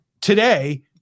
today